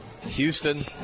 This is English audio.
Houston